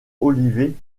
olivet